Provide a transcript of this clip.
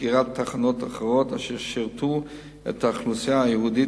סגירת תחנות אחרות אשר שירתו את האוכלוסייה היהודית